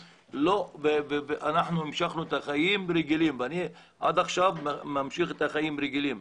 אנחנו המשכנו את החיים הרגילים ועד עכשיו אני ממשיך בחיים הרגילים.